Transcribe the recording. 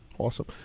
Awesome